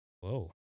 Whoa